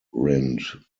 rind